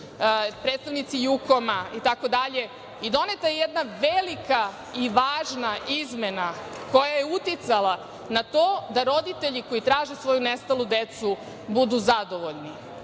predstavnici JUKOM-a itd. i doneta je jedna velika i važna izmena koja je uticala na to da roditelji koji traže svoju nestalu decu budu zadovoljni.S